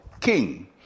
king